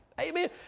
Amen